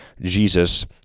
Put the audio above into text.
Jesus